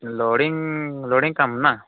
loading loading କାମ ନା